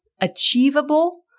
achievable